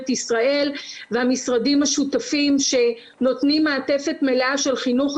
ישראל והמשרדים השותפים שנותנים מעטפת מלאה של חינוך,